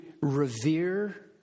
revere